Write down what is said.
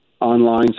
online